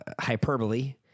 hyperbole